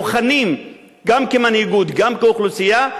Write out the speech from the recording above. מוכנים גם כמנהיגות גם כאוכלוסייה,